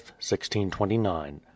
1629